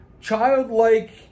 childlike